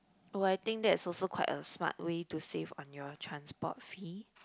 oh I think that's also quite a smart way to save on your transport fee